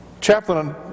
Chaplain